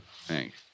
thanks